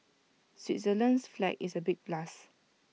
Switzerland's flag is A big plus